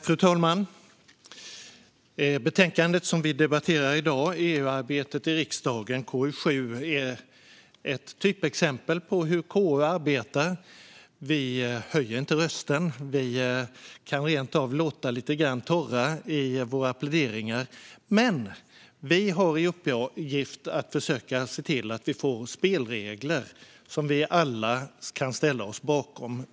Fru talman! Det betänkande vi nu debatterar, KU7 EU-arbetet i riksdagen , är ett typexempel på hur KU arbetar. Vi höjer inte rösten. Vi kan rent av låta lite torra i våra pläderingar. Men vi har i uppgift att försöka se till att vi får spelregler som vi alla brett kan ställa oss bakom.